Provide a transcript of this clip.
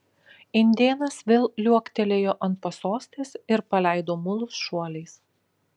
indėnas vėl liuoktelėjo ant pasostės ir paleido mulus šuoliais